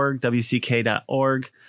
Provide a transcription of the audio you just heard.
wck.org